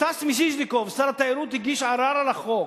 סטס מיסז'ניקוב, שר התיירות, הגיש ערר על החוק.